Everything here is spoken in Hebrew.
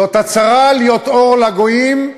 זאת הצהרה להיות אור לגויים,